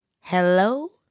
hello